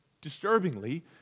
disturbingly